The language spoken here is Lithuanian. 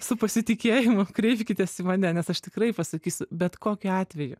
su pasitikėjimu kreipkitės į mane nes aš tikrai pasakysiu bet kokiu atveju